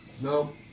no